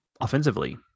offensively